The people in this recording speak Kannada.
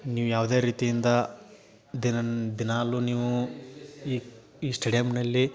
ನೀವು ಯಾವುದೇ ರೀತಿಯಿಂದ ದಿನಾ ದಿನಾಲೂ ನೀವು ಈ ಈ ಸ್ಟೇಡಿಯಮ್ನಲ್ಲಿ